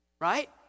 right